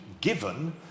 given